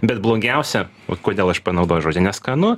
bet blogiausia ot kodėl aš panaudojau žodžį neskanu